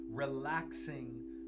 relaxing